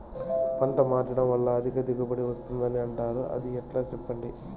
పంట మార్చడం వల్ల అధిక దిగుబడి వస్తుందని అంటారు అది ఎట్లా సెప్పండి